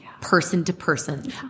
person-to-person